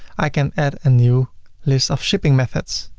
i can add a new list of shipping methods.